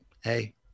Hey